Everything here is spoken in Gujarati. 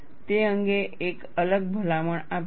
તે અંગે એક અલગ ભલામણ આપે છે